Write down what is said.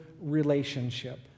relationship